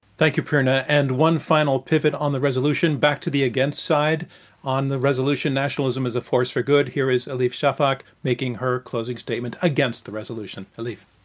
thank you, prerna. and one final pivot on the resolution, back to the against side on the resolution, nationalism is a force for good. here is elif shafak making her closing statement against the resolution. elif?